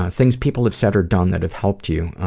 things people have said or done that have helped you?